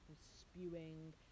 spewing